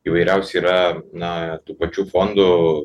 įvairiausi yra na tų pačių fondų